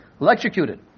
electrocuted